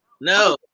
No